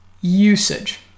usage